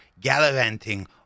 gallivanting